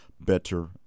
better